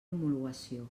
homologació